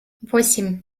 восемь